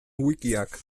wikiak